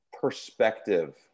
perspective